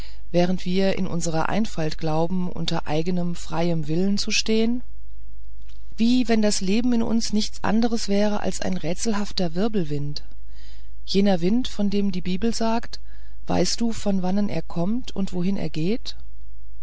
während wir in unserer einfalt glauben unter eigenem freien willen zu stehen wie wenn das leben in uns nichts anderes wäre als ein rätselhafter wirbelwind jener wind von dem die bibel sagt weißt du von wannen er kommt und wohin er geht